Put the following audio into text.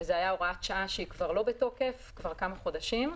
וזאת הייתה הוראת שעה שהיא לא בתוקף כבר כמה חודשים.